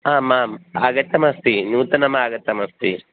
आमाम् आगतमस्ति नूतनमागतमस्ति